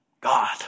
God